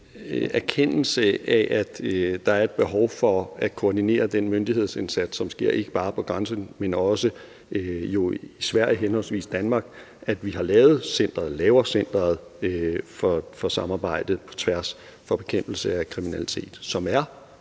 erkendelsen af, at der er et behov for at koordinere den myndighedsindsats, som sker ikke bare på grænsen, men også i Sverige, henholdsvis Danmark, at vi laver centeret for samarbejde på tværs om bekæmpelse af kriminalitet, som er